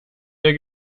der